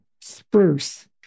spruce